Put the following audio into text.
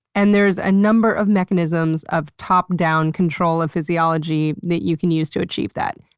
and there's a number of mechanisms of top-down control of physiology that you can use to achieve that.